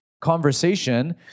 conversation